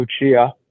Lucia